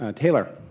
ah taylor?